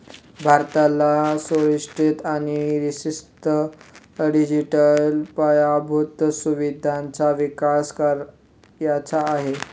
भारताला सुरक्षित आणि स्थिर डिजिटल पायाभूत सुविधांचा विकास करायचा आहे